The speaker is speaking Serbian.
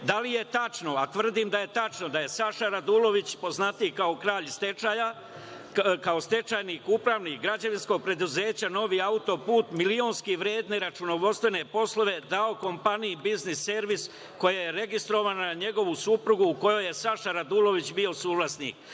li je tačno, a tvrdim da je tačno, da je Saša Radulović, poznatiji kao kralj stečaja, kao stečajni upravnik građevinskog preduzeća „Novi autoput“ milionski vredne računovodstvene poslove dao kompaniji „Biznis servis“ koja je registrovana na njegovu suprugu u kojoj je Saša Radulović bio suvlasnik? Da